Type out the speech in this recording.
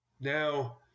Now